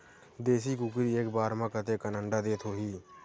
देशी कुकरी एक बार म कतेकन अंडा देत होही?